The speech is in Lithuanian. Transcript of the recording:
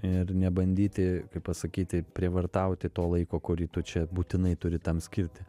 ir nebandyti kaip pasakyti prievartauti to laiko kurį tu čia būtinai turi tam skirti